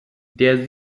der